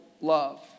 love